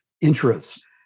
interests